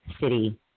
city